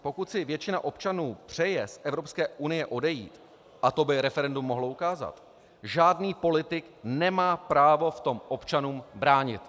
Pokud si většina občanů přeje z Evropské unie odejít, a to by referendum mohlo ukázat, žádný politik nemá právo v tom občanům bránit.